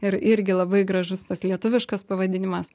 ir irgi labai gražus tas lietuviškas pavadinimas